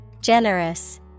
Generous